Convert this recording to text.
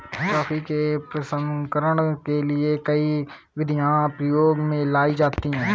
coffee के प्रसंस्करण के लिए कई विधियां प्रयोग में लाई जाती हैं